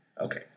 Okay